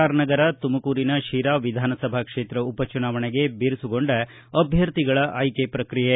ಆರ್ನಗರ ತುಮಕೂರಿನ ಶಿರಾ ವಿಧಾನಸಭಾ ಕ್ಷೇತ್ರ ಉಪಚುನಾವಣೆಗೆ ಬಿರುಸುಗೊಂಡ ಅಭ್ಯರ್ಥಿಗಳ ಆಯ್ಕೆ ಪ್ರಕ್ರಿಯೆ